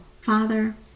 Father